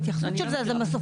ההתייחסות של זה היא מסופים.